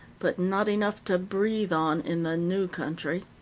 but not enough to breathe on in the new country.